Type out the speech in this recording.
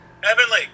Heavenly